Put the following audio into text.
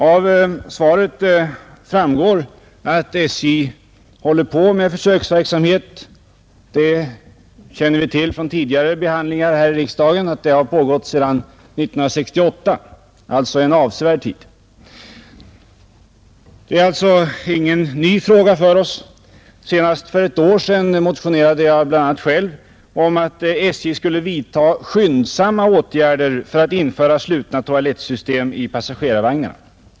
Av kommunikationsministerns svar framgår att SJ bedriver försöksverksamhet på detta område. Från tidigare behandling av frågan i riksdagen känner vi till att en sådan har pågått sedan år 1968, alltså under en avsevärd tid. Detta är således ingen ny fråga för oss. Senast för ett år sedan motionerade jag bl.a. själv om att SJ skulle vidta skyndsamma åtgärder för att införa slutna toalettsystem i passagerarvagnarna.